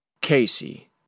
Casey